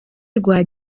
rwa